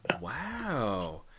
Wow